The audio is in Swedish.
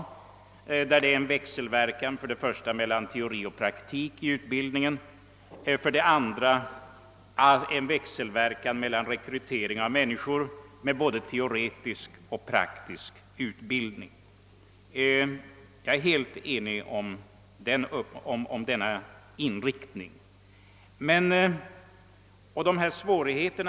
Det är härvidlag en växelverkan för det första mellan teori och praktik i utbildningen, för det andra mellan rekryteringen av personer med övervägande teoretisk och personer med övervägande praktisk utbildning. Jag anser att denna inriktning av rekryteringen är alldeles riktig.